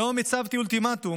היום הצבתי אולטימטום